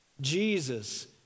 Jesus